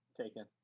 taken